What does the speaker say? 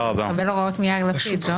הוא מקבל הוראות מיאיר לפיד, לא?